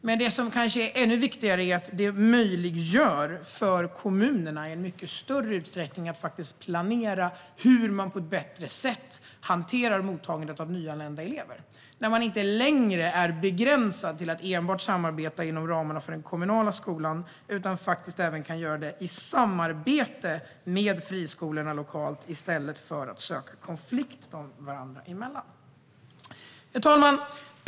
Men det som kanske är ännu viktigare är att det i mycket större utsträckning möjliggör för kommunerna att faktiskt planera hur de på ett bättre sätt ska hantera mottagandet av nyanlända elever, då de inte längre är begränsade till att samarbeta inom ramarna för den kommunala skolan utan faktiskt kan samarbeta även med friskolorna lokalt. På det sättet behöver det inte bli någon konflikt mellan dem. Herr talman!